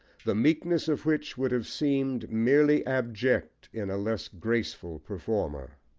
the meekness of which would have seemed merely abject in a less graceful performer.